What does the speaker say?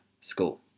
school